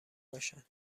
باشند